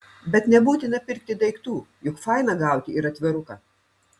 bet nebūtina pirkti daiktų juk faina gauti ir atviruką